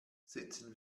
sitzen